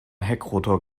heckrotor